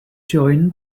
join